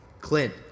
Clint